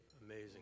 amazing